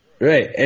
Right